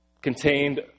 contained